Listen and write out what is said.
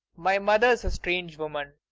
my mother's a strange woman.